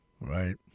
right